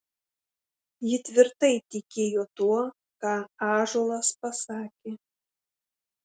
ji tvirtai tikėjo tuo ką ąžuolas pasakė